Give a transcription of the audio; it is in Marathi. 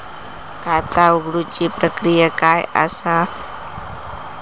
खाता उघडुची प्रक्रिया काय असा?